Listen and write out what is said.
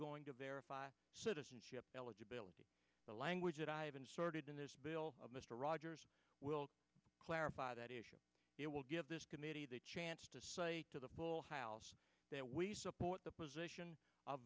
going to verify citizenship eligibility the language that i have inserted in this bill mr rogers will clarify that issue it will give this committee the chance to say to the full house that we support the position of